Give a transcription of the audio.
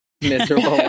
miserable